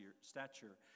stature